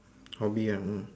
hobby ya mm